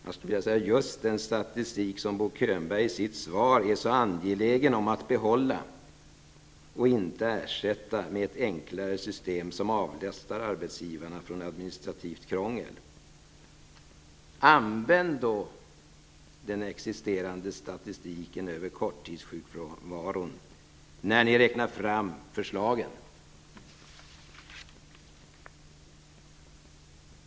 Jag skulle vilja säga just den statistik som Bo Könberg i sitt svar är så angelägen om att behålla och inte vill ersätta med ett enklare system, som skulle avlasta arbetsgivarna administrativt krångel. Använd då den existerande statistiken över korttidssjukfrånvaron när ni räknar fram förslagen!